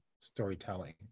storytelling